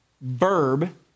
verb